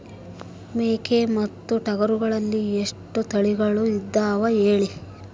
ಮೇಕೆ ಮತ್ತು ಟಗರುಗಳಲ್ಲಿ ಎಷ್ಟು ತಳಿಗಳು ಇದಾವ ಹೇಳಿ?